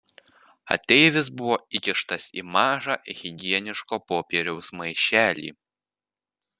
ateivis buvo įkištas į mažą higieniško popieriaus maišelį